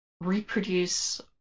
reproduce